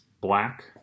black